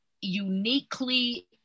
uniquely